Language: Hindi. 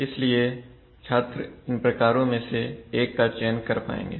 इसलिए छात्र इन प्रकारों में से एक का चयन कर पाएंगे